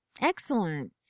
Excellent